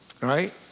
right